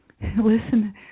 Listen